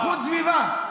איכות סביבה,